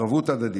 ערבות הדדית,